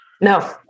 No